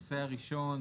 אנרגיה.